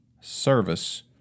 service